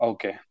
Okay